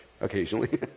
occasionally